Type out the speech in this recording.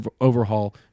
overhaul